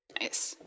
Nice